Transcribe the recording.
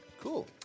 Cool